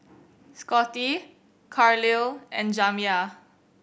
Scottie Carlisle and Jamya